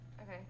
Okay